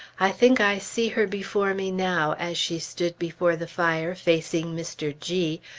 i think i see her before me now, as she stood before the fire, facing mr. g,